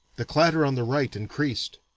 the clatter on the right increased.